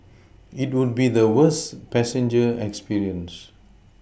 it would be the worst passenger experience